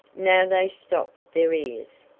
now they stopped their ears.